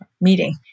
meeting